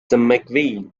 mcveigh